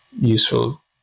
useful